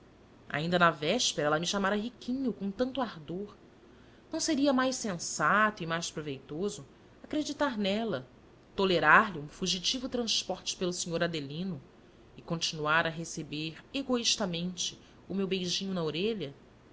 ainda na véspera ela me chamara riquinho com tanto ardor não seria mais sensato e mais proveitoso acreditar nela tolerar lhe um fugitivo transporte pelo senhor adelino e continuar a receber egoístamente o meu beijinho na orelha